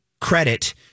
credit